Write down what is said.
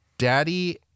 Daddy